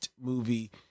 movie